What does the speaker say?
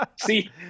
see